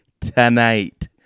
tonight